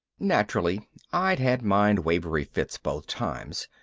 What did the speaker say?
naturally i'd had mind-wavery fits both times.